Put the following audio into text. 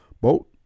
boat